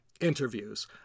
interviews